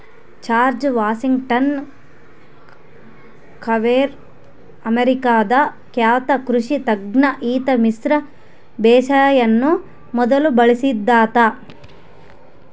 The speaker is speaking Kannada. ಜಾರ್ಜ್ ವಾಷಿಂಗ್ಟನ್ ಕಾರ್ವೆರ್ ಅಮೇರಿಕಾದ ಖ್ಯಾತ ಕೃಷಿ ತಜ್ಞ ಈತ ಮಿಶ್ರ ಬೇಸಾಯವನ್ನು ಮೊದಲು ಬಳಸಿದಾತ